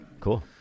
cool